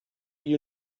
you